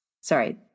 Sorry